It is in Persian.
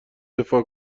دفاع